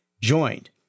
joined